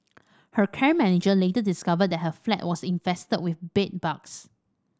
her care manager later discovered that her flat was infested with bedbugs